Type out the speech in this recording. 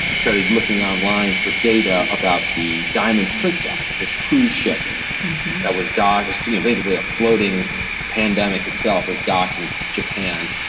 started looking online for data about the diamond princess. this cruise ship that was dog is you know basically a floating pandemic itself is docked in japan.